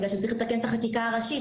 בגלל שצריך לתקן את החקיקה הראשית,